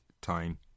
time